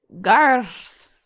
garth